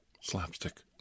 slapstick